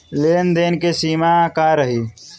लेन देन के सिमा का रही?